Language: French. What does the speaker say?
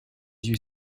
yeux